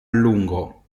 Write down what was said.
lungo